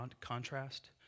contrast